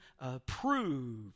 approved